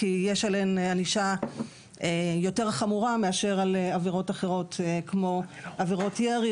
כי יש עליהן ענישה חמורה יותר מאשר על עבירות אחרות כמו עבירות ירי,